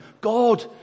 God